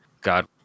God